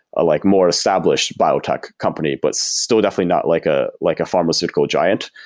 like more established biotech company, but still definitely not like ah like a pharmaceutical giant.